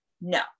no